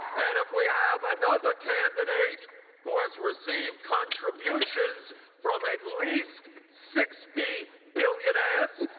and if we have another candidate who has received contributions from at least sixty billionaires,